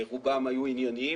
רובם היו ענייניים.